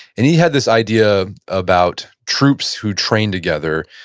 and he had this idea about troops who train together,